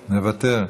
מוותר.